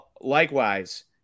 Likewise